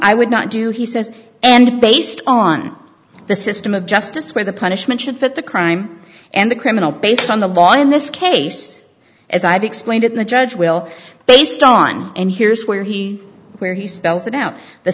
i would not do he says and based on the system of justice where the punishment should fit the crime and the criminal based on the law in this case as i've explained it the judge will based on and here's where he where he spells it out the